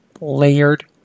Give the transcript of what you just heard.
layered